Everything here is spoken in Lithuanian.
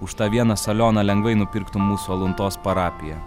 už tą vieną saloną lengvai nupirktų mūsų aluntos parapiją